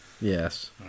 Yes